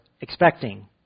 expecting